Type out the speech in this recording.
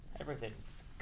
Everything's